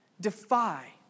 Defy